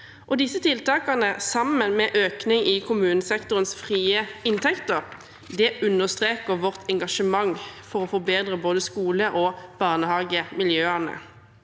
Disse tiltakene, sammen med en økning i kommunesektorens frie inntekter, understreker vårt engasjement for å forbedre både skole- og barnehagemiljøene.